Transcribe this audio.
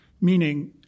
meaning